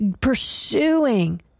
pursuing